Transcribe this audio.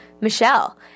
Michelle